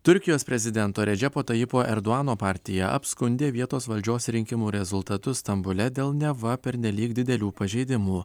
turkijos prezidento redžepo tajipo erdoano partija apskundė vietos valdžios rinkimų rezultatus stambule dėl neva pernelyg didelių pažeidimų